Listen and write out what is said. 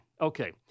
Okay